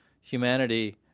humanity